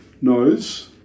knows